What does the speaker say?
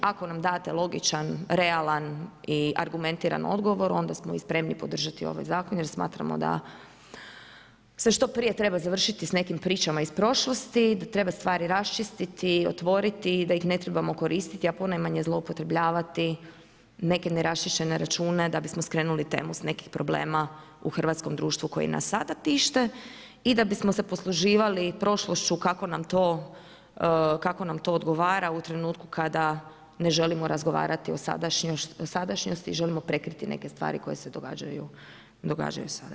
Ako nam date logičan, realan i argumentiran odgovor onda smo i spremi podržati ovaj Zakon jer smatramo da se što prije treba završiti s nekim pričama iz prošlosti, da treba stvari raščistiti, otvoriti, da ih ne trebamo koristiti, a puno manje zloupotrebljavati neke neraščišćene račune da bismo skrenuli temu s nekih problema u hrvatskom društvu koji nas sada tište i da bismo se posluživali prošlošću kako nam to odgovara u trenutku kada ne želimo razgovarati o sadašnjosti, želimo prekriti neke stvari koje se događaju sada.